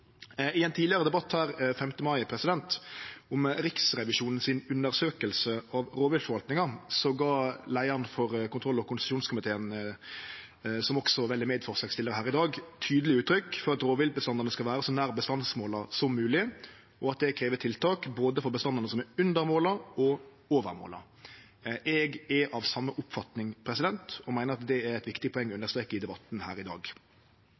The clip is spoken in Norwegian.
I ein tidlegare debatt her den 5. mai om Riksrevisjonens undersøking av rovviltforvaltinga gav leiaren av kontroll- og konstitusjonskomiteen, som vel også er medforslagsstillar her i dag, tydeleg uttrykk for at rovviltbestandane skal vere så nær bestandsmåla som mogleg, og at det krev tiltak, både for bestandane som er under måla, og for dei som er over måla. Eg er av den same oppfatninga og meiner at det er eit viktig poeng å understreke i debatten her i dag.